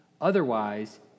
Otherwise